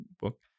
book